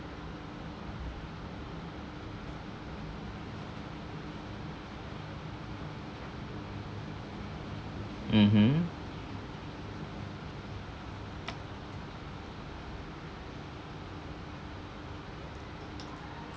mmhmm